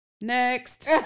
Next